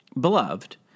beloved